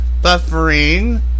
buffering